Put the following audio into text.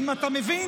במשפטים, אתה מבין?